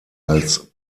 als